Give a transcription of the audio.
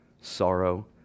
sorrow